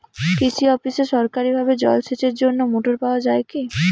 কৃষি অফিসে সরকারিভাবে জল সেচের জন্য মোটর পাওয়া যায় কি?